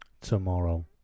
tomorrow